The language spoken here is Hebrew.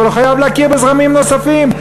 אבל הוא חייב להכיר בזרמים נוספים.